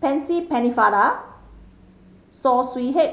Percy Pennefather Saw Swee Hock